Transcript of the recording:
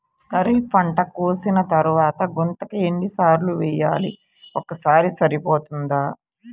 ఖరీఫ్ పంట కోసిన తరువాత గుంతక ఎన్ని సార్లు వేయాలి? ఒక్కసారి సరిపోతుందా?